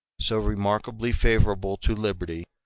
so remarkably favorable to liberty,